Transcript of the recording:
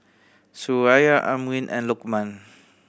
Suraya Amrin and Lokman